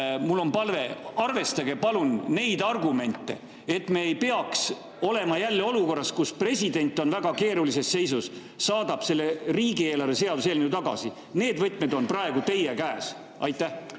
on palve: arvestage palun neid argumente, et me ei oleks jälle olukorras, kus president on väga keerulises seisus ja saadab riigieelarve seaduse eelnõu siia tagasi. Need võtmed on praegu teie käes. Aitäh!